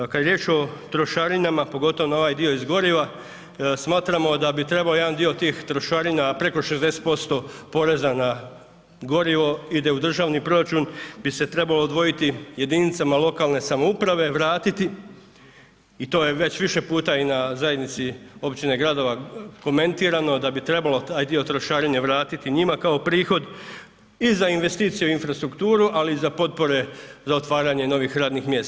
Kad je riječ o trošarinama, pogotovo na ovaj dio iz goriva, smatramo da bi trebao jedan dio tih trošarina preko 60% porezna na gorivo ide u državni proračun bi se trebalo odvojiti jedinicama lokalne samouprave, vratiti i to je već više puta i na zajednici općine gradova komentirano, da bi trebalo taj dio trošarine vratiti njima kao prihod i za investiciju i infrastrukturu, ali i za potpore za otvaranje novih radnih mjesta.